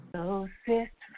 Closest